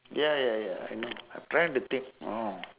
ya ya ya I know I'm trying to think